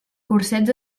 cursets